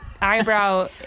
eyebrow